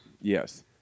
Yes